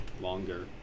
longer